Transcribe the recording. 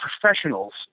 professionals